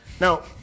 now